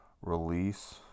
release